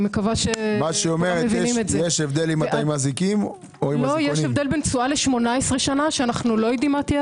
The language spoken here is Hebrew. יש הבדל בין תשואה ל-18 שנה שאנו לא יודעים מה תהיה